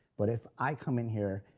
but if i come in here,